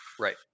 Right